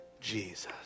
Jesus